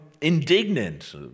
indignant